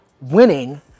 winning